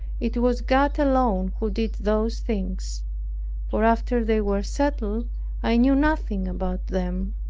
it was god alone who did those things for after they were settled i knew nothing about them